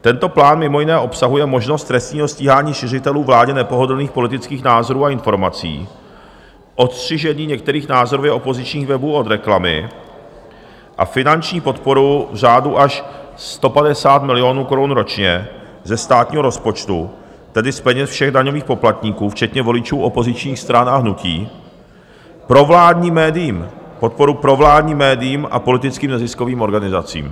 Tento plán mimo jiné obsahuje možnost trestního stíhání šiřitelů vládě nepohodlných politických názorů a informací, odstřižení některých názorově opozičních webů od reklamy a finanční podporu v řádu až 150 milionů korun ročně ze státního rozpočtu, tedy z peněz všech daňových poplatníků, včetně voličů opozičních stran a hnutí, provládním médiím podporu provládním médiím a politickým neziskovým organizacím.